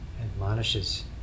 admonishes